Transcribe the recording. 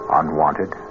unwanted